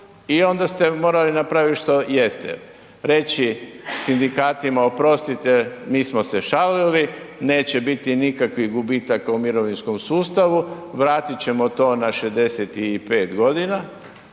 i onda ste morali napraviti što jeste, reći sindikatima oprostite, mi smo se šalili, neće biti nikakvih gubitaka u mirovinskom sustavu, vratit ćemo to na 65 g., a